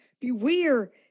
Beware